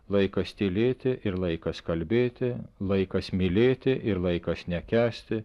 laikas tylėti ir laikas kalbėti laikas mylėti ir laikas nekęsti